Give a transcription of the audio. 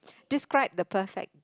describe the perfect